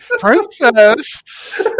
Princess